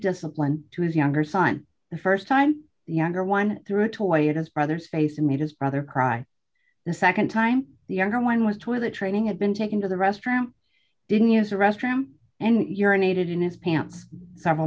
discipline to his younger son the st time the younger one threw a toy at his brother's face and made his brother cry the nd time the younger one was toilet training had been taken to the restroom didn't use the restroom and urinated in his pants several